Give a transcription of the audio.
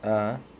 (uh huh)